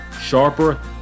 sharper